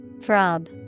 throb